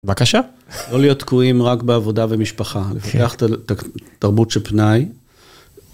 בבקשה. לא להיות תקועים רק בעבודה ובמשפחה, לפתח את התרבות שפנאי.